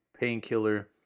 painkiller